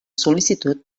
sol·licitud